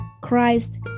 Christ